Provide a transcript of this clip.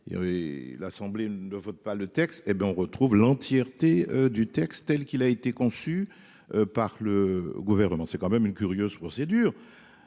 l'assemblée ne votent pas le texte. Hé ben on retrouve l'entièreté du texte telle qu'il a été conçu par le gouvernement, c'est quand même une curieuse procédure.